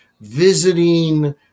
visiting